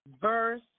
Verse